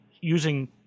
using